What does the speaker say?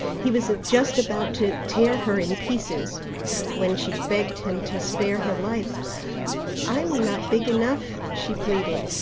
he was just about to tear her in pieces when she begged him to spare her life i'm not big enough, she pleaded,